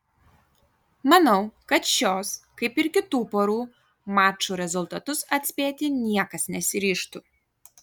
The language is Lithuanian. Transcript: manau kad šios kaip ir kitų porų mačų rezultatus atspėti niekas nesiryžtų